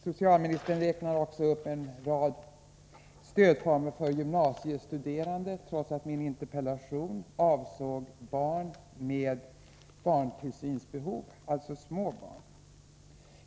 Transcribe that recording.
Socialministern räknade också upp en rad stödformer för gymnasiestuderande, trots att min interpellation avsåg barn med barntillsynsbehov, alltså små barn.